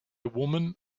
women